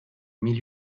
mille